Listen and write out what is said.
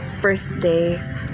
birthday